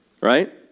right